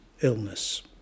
illness